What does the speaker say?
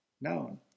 known